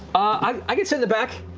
i can sit in the back.